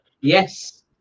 yes